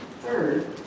Third